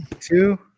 two